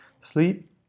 sleep